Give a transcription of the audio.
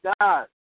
God